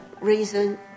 reason